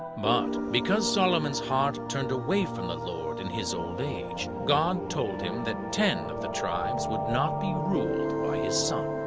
but because solomon's heart turned away from the lord in his old age, god told him that ten of the tribes would not be ruled by his son.